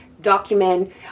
document